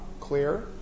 clear